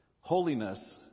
holiness